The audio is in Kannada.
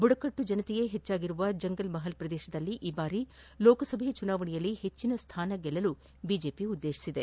ಬುಡಕಟ್ಟು ಜನರೇ ಹೆಚ್ಚಾಗಿರುವ ಜಂಗಲ್ ಮಪಲ್ ಪ್ರದೇಶದಲ್ಲಿ ಈ ಬಾರಿ ಲೋಕಸಭೆ ಚುನಾವಣೆಯಲ್ಲಿ ಹೆಚ್ಚಿನ ಸ್ಥಾನ ಗೆಲ್ಲಲು ಬಿಜೆಪಿ ಉದ್ದೇಶಿಸಿದೆ